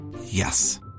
Yes